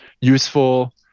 useful